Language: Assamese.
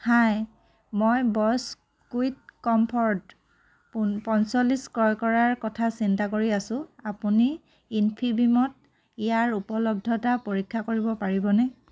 হাই মই ব'ছ কুইট কমফৰ্ট পন পঞ্চল্লিছ ক্ৰয় কৰাৰ কথা চিন্তা কৰি আছোঁ আপুনি ইনফিবিমত ইয়াৰ উপলব্ধতা পৰীক্ষা কৰিব পাৰিবনে